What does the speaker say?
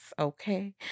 Okay